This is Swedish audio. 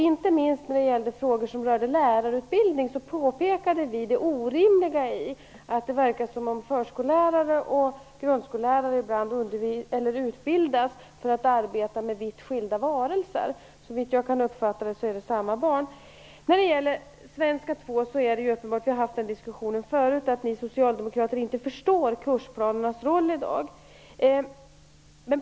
Inte minst när det gällde lärarutbildning påpekade vi det orimliga i att det verkar som om förskollärare och grundskollärare utbildas för att arbeta med vitt skilda varelser. Såvitt jag kan uppfatta saken gäller det samma barn. Vi har diskuterat svenska 2 förut, och det är uppbenbart att ni socialdemokrater inte förstår kursplanernas nuvarande roll.